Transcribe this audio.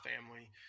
family